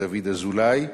דוד אזולאי ואורלב.